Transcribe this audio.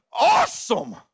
awesome